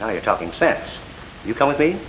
now you're talking sense you come with me